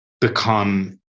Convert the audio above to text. become